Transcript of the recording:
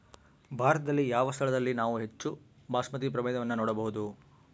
ಭಾರತದಲ್ಲಿ ಯಾವ ಸ್ಥಳದಲ್ಲಿ ನಾವು ಹೆಚ್ಚು ಬಾಸ್ಮತಿ ಪ್ರಭೇದವನ್ನು ನೋಡಬಹುದು?